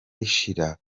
ishira